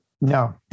No